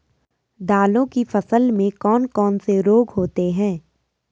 दालों की फसल में कौन कौन से रोग होते हैं?